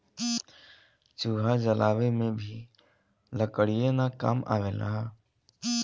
चूल्हा जलावे में भी लकड़ीये न काम आवेला